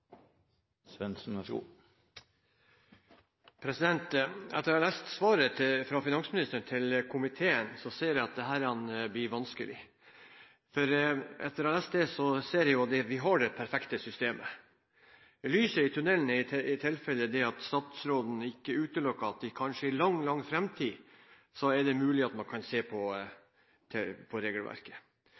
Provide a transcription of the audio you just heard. Etter å ha lest svaret fra finansministeren til komiteen, ser jeg at dette blir vanskelig, for vi har jo det perfekte systemet. Lyset i tunnelen er i tilfellet at statsråden ikke utelukker at det kanskje om lang, lang tid er mulig at man kan se på regelverket. Mange bedrifter har biler til